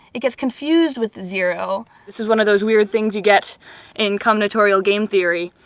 it gets confused with the zero. this is one of those weird things you get in combinatorial game theory.